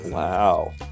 Wow